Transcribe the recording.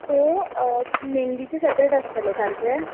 so मेहंदीचे separate आसतले सारके